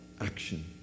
Action